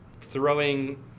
throwing